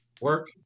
work